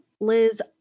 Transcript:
Liz